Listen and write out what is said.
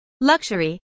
luxury